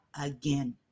again